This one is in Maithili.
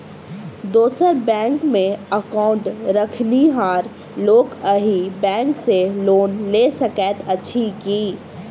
दोसर बैंकमे एकाउन्ट रखनिहार लोक अहि बैंक सँ लोन लऽ सकैत अछि की?